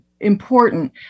important